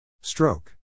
Stroke